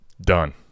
Done